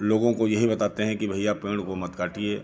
लोगों को यही बताते हैं कि भईया पेड़ को मत काटिए